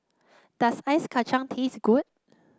does Ice Kachang taste good